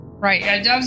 Right